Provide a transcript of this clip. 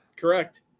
Correct